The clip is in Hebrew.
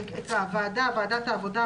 ""הוועדה" ועדת העבודה,